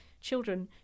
children